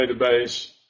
Database